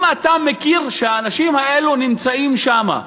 אם אתה מכיר בכך שהאנשים האלה נמצאים שם,